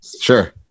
Sure